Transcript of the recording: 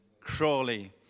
Crawley